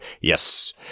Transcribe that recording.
yes